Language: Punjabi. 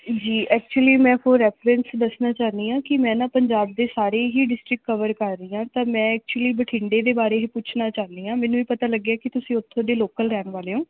ਜੀ ਐਕਚੁਲੀ ਮੈਂ ਫੋਰੈਫਰੈਂਸ ਦੱਸਣਾ ਚਾਹੁੰਦੀ ਹਾਂ ਕਿ ਮੈਂ ਨਾ ਪੰਜਾਬ ਦੇ ਸਾਰੇ ਹੀ ਡਿਸਟਰਿਕਟ ਕਵਰ ਕਰ ਰਹੀ ਹਾਂ ਤਾਂ ਮੈਂ ਐਕਚੁਲੀ ਬਠਿੰਡੇ ਦੇ ਬਾਰੇ ਇਹ ਪੁੱਛਣਾ ਚਾਹੁੰਦੀ ਹਾਂ ਮੈਨੂੰ ਇਹ ਪਤਾ ਲੱਗਿਆ ਕਿ ਤੁਸੀਂ ਉੱਥੋਂ ਦੇ ਲੋਕਲ ਰਹਿਣ ਵਾਲੇ ਹੋ